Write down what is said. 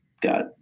got